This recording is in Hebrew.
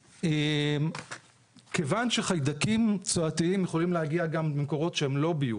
כיוון שחיידקים צואתיים יכולים להגיע גם ממקורות שהם לא ביוב,